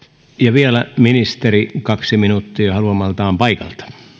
vielä ministeri kaksi minuuttia haluamaltaan paikalta